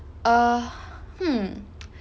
err hmm